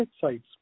site's